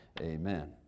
Amen